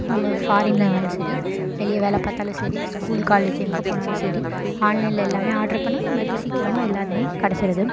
நம்ம ஃபாரினில் இருந்தாலும் சரி வெளியே வேலை பார்த்தாலும் சரி ஸ்கூல் காலேஜ் எங்கே போனாலும் சரி ஆன்லைனில் எல்லாமே ஆர்ட்ரு பண்ணால் நம்மளுக்கு சீக்கிரமாக எல்லா இதுவுமே கெடச்சிடுது